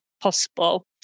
possible